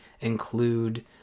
include